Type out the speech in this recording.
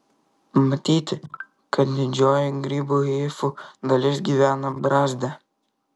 matyti kad didžioji grybų hifų dalis gyvena brazde